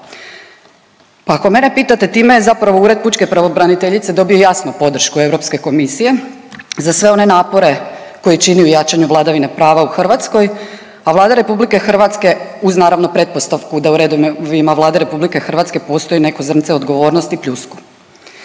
Pa ako mene pitate time je zapravo Ured pučke pravobraniteljice dobio jasnu podršku Europske komisije za sve one napore koje čini u jačanju vladavine prava u Hrvatskoj, a Vlada RH uz naravno pretpostavku da u redovima Vlade RH postoji neko zrnce odgovornosti pljusku.